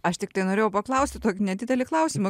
aš tiktai norėjau paklausti tokį nedidelį klausimą